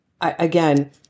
Again